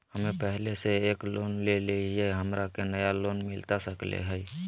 हमे पहले से एक लोन लेले हियई, हमरा के नया लोन मिलता सकले हई?